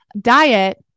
diet